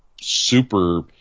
super